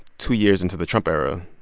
two years into the trump era,